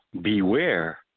beware